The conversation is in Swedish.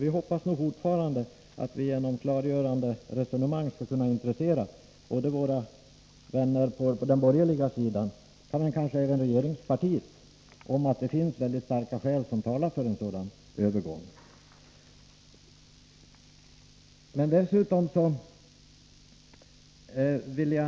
Vi hoppas nog fortfarande att vi genom klargörande resonemang skall kunna övertyga både våra vänner på den borgerliga sidan och kanske även regeringspartiet om att det finns väldigt starka skäl som talar för en sådan övergång.